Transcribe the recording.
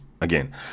again